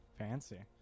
Fancy